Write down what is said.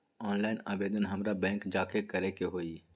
Online आवेदन हमरा bank जाके करे के होई?